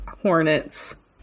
hornets